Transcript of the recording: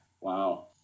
Wow